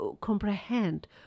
comprehend